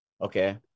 Okay